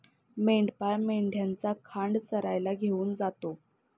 मेंढपाळ मेंढ्यांचा खांड चरायला घेऊन जातो